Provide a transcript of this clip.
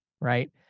right